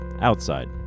outside